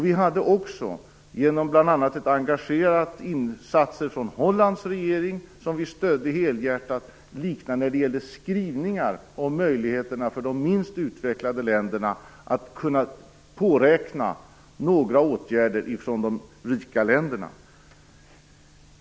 Vi hade också, genom bl.a. engagerade insatser från Hollands regering som vi stödde helhjärtat, liknande när det gällde skrivningar om möjligheterna för de minst utvecklade länderna att kunna påräkna några åtgärder från de rika länderna.